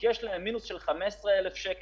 כי יש להם מינוס של 15,000 שקל,